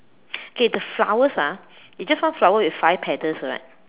okay the flowers ah it's just now flowers with five petals right